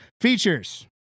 features